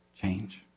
change